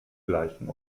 gleichen